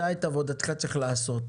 אתה את עבודתך צריך לעשות.